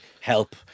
help